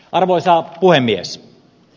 arvoisa puhemies